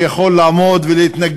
שהוא לא יכול לעמוד ולהתנגח